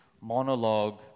monologue